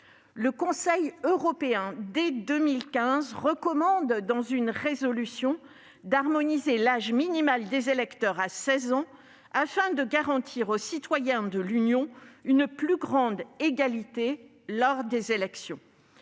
Le Conseil européen, dès 2015, recommande dans une résolution d'envisager d'harmoniser l'âge minimal des électeurs à 16 ans afin de garantir aux citoyens de l'Union une plus grande égalité lors des élections.